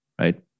right